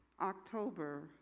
October